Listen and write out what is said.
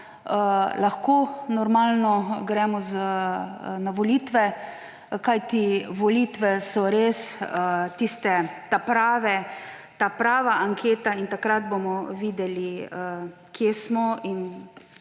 gremo normalno na volitve, kajti volitve so res tista ta prava anketa in takrat bomo videli, kje smo in